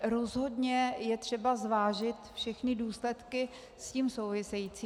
Rozhodně je třeba zvážit všechny důsledky s tím související.